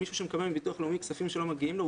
מישהו שמקבל כספים שלא מגיעים לו מביטוח לאומי,